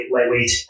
lightweight